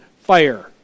fire